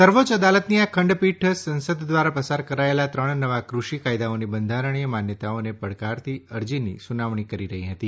સર્વોચ્ય અદાલતની આ ખંડપીઠ સસંદ દ્વારા પસાર કરાયેલા ત્રણ નવા કૃષિ કાયદાઓની બંધારણીય માન્યતાઓને પડકારતી અરજીની સુનાવણી કરી રહી હતી